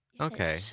Okay